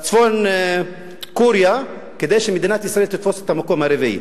צפון-קוריאה כדי שישראל תתפוס את המקום הרביעי.